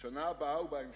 בשנה הבאה ובהמשך.